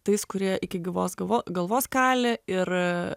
tais kurie iki gyvos galvos kali ir